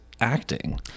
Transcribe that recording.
acting